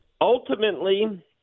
Ultimately